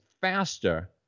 faster